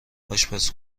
آشپز